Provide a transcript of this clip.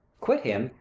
quit him!